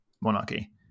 monarchy